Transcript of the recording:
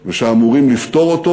ואמורים לפתור אותו,